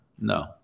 No